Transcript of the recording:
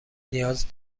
نیاز